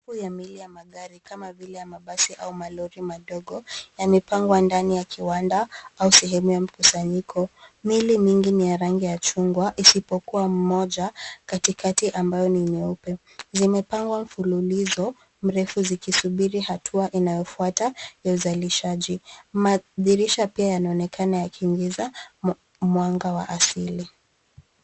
...ya milia ya magari kama mabasi au magari madogo yamepangwa ndani ya kiwanda au sehemu ya mkusanyiko. Miili mingi ni ya rangi ya chungwa isipokuwa moja katikati ambayo ni nyeupe. Zimepangwa mfululizo mrefu zikisubiri hatua inayofuata ya uzalishaji. Madirisha pia yanaonekana yakiingiza mwanga wa asili.